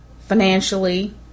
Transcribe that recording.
financially